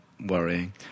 worrying